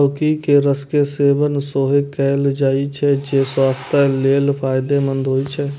लौकी के रस के सेवन सेहो कैल जाइ छै, जे स्वास्थ्य लेल फायदेमंद होइ छै